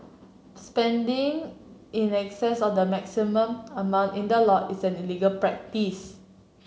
spending in excess of the maximum amount in the law is an illegal practice